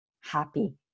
happy